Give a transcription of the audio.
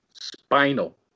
Spinal